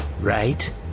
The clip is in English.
Right